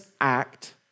act